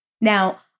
Now